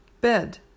Bed